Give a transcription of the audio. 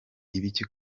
ibiki